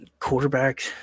Quarterbacks